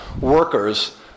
workers